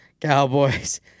Cowboys